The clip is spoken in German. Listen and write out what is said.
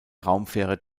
raumfähre